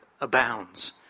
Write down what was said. abounds